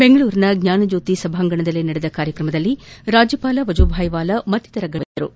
ಬೆಂಗಳೂರಿನ ಜ್ವಾನಜ್ಣೋತಿ ಸಭಾಂಗಣದಲ್ಲಿ ನಡೆದ ಕಾರ್ಯಕ್ರಮದಲ್ಲಿ ರಾಜ್ಲಪಾಲ ವಜೂಭಾಯ್ ವಾಲಾ ಮತ್ತಿತರ ಗಣ್ಣರು ಭಾಗವಹಿಸಿದ್ದರು